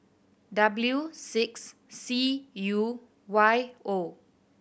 W six C U Y O